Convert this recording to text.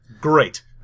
great